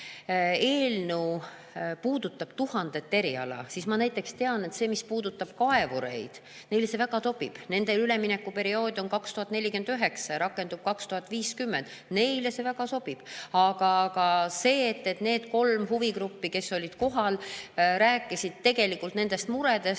eelnõu puudutab tuhandet eriala. Ma tean, et see, mis puudutab kaevureid, neile väga sobib, nende üleminekuperiood on [aastani] 2049 ja [seadus] rakendub 2050. Neile see väga sobib. Aga see, et need kolm huvigruppi, kes olid kohal, rääkisid tegelikult nendest muredest